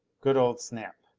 good old snap!